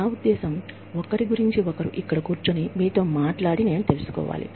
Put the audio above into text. నా ఉద్దేశ్యం ఇక్కడ కూర్చుని ఒకరి గురించి ఒకరం మీతో మాట్లాడి నేను తెలుసుకోవాలి